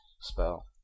spell